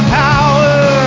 power